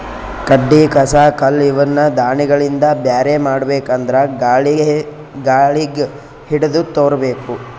ಕಡ್ಡಿ ಕಸ ಕಲ್ಲ್ ಇವನ್ನ ದಾಣಿಗಳಿಂದ ಬ್ಯಾರೆ ಮಾಡ್ಬೇಕ್ ಅಂದ್ರ ಗಾಳಿಗ್ ಹಿಡದು ತೂರಬೇಕು